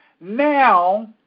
Now